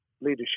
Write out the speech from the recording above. leadership